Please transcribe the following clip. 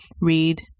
read